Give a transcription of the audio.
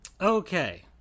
okay